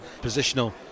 positional